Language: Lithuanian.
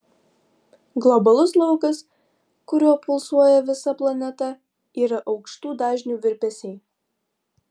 globalus laukas kuriuo pulsuoja visa planeta yra aukštų dažnių virpesiai